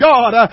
God